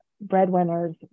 breadwinners